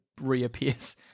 reappears